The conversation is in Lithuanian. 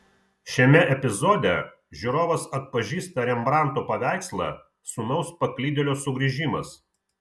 šiame epizode žiūrovas atpažįsta rembrandto paveikslą sūnaus paklydėlio sugrįžimas